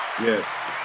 Yes